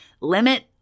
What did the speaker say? limit